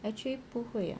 actually 不会 ah